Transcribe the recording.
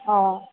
অঁ